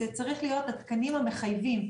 זה צריך להיות התקנים המחייבים.